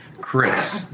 Chris